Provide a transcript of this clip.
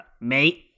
mate